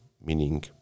Meaning